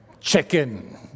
Chicken